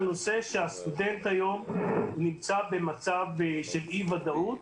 הנושא שהסטודנט היום נמצא במצב של אי ודאות.